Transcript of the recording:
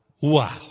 Wow